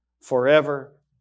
forever